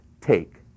take